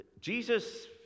Jesus